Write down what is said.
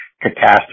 catastrophe